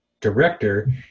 director